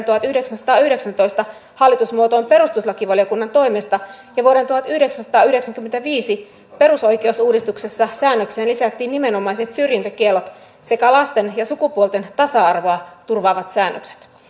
tuhatyhdeksänsataayhdeksäntoista perustuslakivaliokunnan toimesta ja vuoden tuhatyhdeksänsataayhdeksänkymmentäviisi perusoikeusuudistuksessa säännökseen lisättiin nimenomaiset syrjintäkiellot sekä lasten ja sukupuolten tasa arvoa turvaavat säännökset